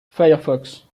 firefox